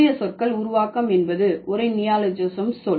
புதிய சொற்கள் உருவாக்கம் என்பது ஒரு நியோலோஜிஸம் சொல்